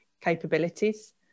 capabilities